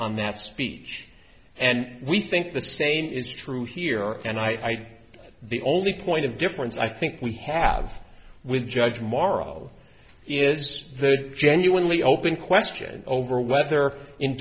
on that speech and we think the same is true here and i the only point of difference i think we have with judge morrow is the genuinely open question over whether in